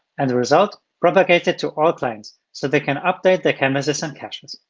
and the result propagated to all clients so they can update their canvasses and attachments.